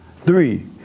Three